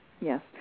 Yes